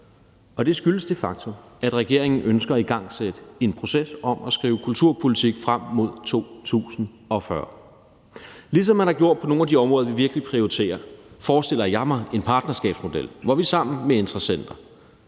og det skyldes det faktum, at regeringen ønsker at igangsætte en proces om at skrive kulturpolitik frem mod 2040. Ligesom man har gjort det på nogle af de andre områder, vi virkelig prioriterer, forestiller jeg mig en partnerskabsmodel, hvor vi sammen med interessenter